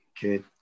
Good